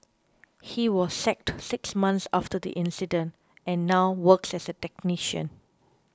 he was sacked six months after the incident and now works as a technician